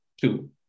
two